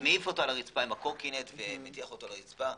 מעיף אותו לרצפה עם הקורקינט ומטיח אותו לרצפה.